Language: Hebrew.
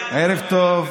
ערב טוב.